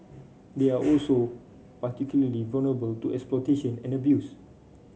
they are also particularly vulnerable to exploitation and abuse